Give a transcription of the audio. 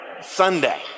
Sunday